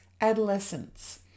adolescence